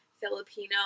Filipino